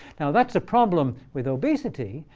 now, that's a problem with obesity.